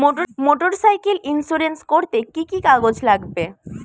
Motorcycle insurance করতে কি কি কাগজ লাগবে?